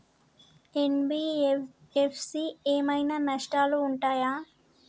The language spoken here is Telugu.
ఎన్.బి.ఎఫ్.సి ఏమైనా నష్టాలు ఉంటయా?